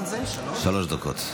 שלוש דקות.